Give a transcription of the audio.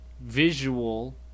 visual